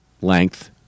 length